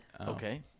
Okay